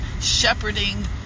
shepherding